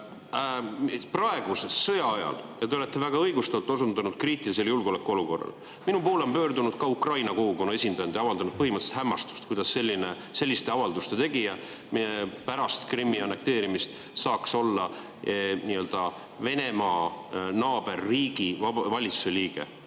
on. Praeguse sõja ajal te olete väga õigustatult osundanud kriitilisele julgeolekuolukorrale. Minu poole on pöördunud ka ukraina kogukonna esindajad ja avaldanud hämmastust, kuidas selliste avalduste tegija pärast Krimmi annekteerimist saaks olla Venemaa naaberriigi valitsuse liige.